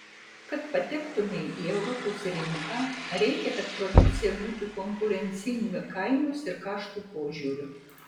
kad patektumei į europos rinką reikia kad produkcija būtų konkurencinga kainos ir kaštų požiūriu